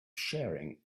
sharing